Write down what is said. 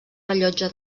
rellotge